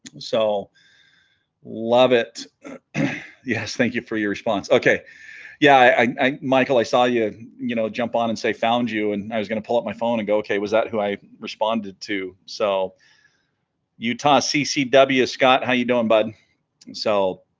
so love it yes thank you for your response okay yeah i michael i saw you you know jump on and say found you and i was gonna pull up my phone and go okay was that who i responded to so utah ccw scott how you doing bud and so